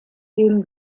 dem